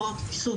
הפרעות ויסות,